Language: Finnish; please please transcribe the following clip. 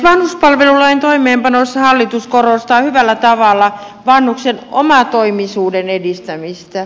vanhuspalvelulain toimeenpanossa hallitus korostaa hyvällä tavalla vanhuksen omatoimisuuden edistämistä